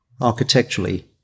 architecturally